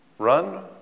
run